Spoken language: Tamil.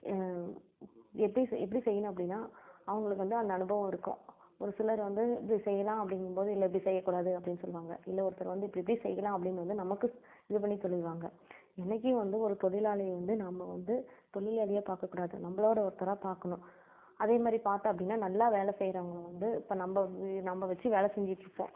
எப்படி செய் எப்படி செய்யணும் அப்படின்னா அவங்களுக்கு வந்து அந்த அனுபவம் இருக்கும் ஒரு சிலர் வந்து இப்படி செய்யலாம் அப்படிங்கும்போது இல்லை இப்படி செய்யக்கூடாது அப்படின்னு சொல்லுவாங்க இல்லை ஒருத்தர் வந்து இப்படி இப்படி செய்யலாம் அப்படின்னு வந்து நமக்கு ஸ் இது பண்ணி சொல்லிருவாங்க என்னைக்கு வந்து ஒரு தொழிலாளியை வந்து நம்ப வந்து தொழிலாளியாக பார்க்கக்கூடாது நம்பளோட ஒருத்தராக பார்க்கணும் அதே மாதிரி பார்த்தோம் அப்படின்னா நல்லா வேலை செய்யறவங்க வந்து இப்போ நம்ப வி நம்ப வச்சி வேலை செஞ்சிட்டுருப்போம்